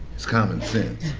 it's common sense.